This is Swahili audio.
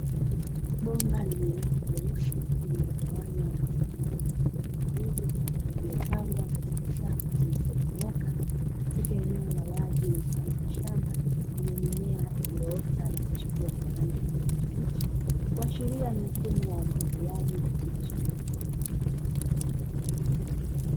Bomba lenye rangi nyeusi lililogawanywa katika mabomba madogomadogo yaliyopangwa katika safu zilizonyooka, katika eneo la wazi mfano wa shamba, lenye mimea iliyoota na kuchipua kwa rangi ya kijani kibichi, kuashiria ni mfumo wa umwagiliaji katika shamba hilo.